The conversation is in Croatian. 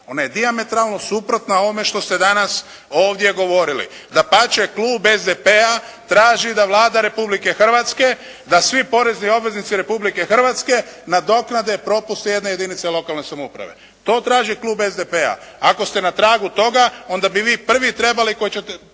Ona je dijametralno suprotna onome što ste danas ovdje govorili. Dapače, klub SDP-a traži da Vlada Republike Hrvatske da svi porezni obveznici Republike Hrvatske na doknade propuste jedne jedinice lokalne samouprave. To traži klub SDP-a, ako ste na tragu toga, onda bi vi prvi trebali biti ti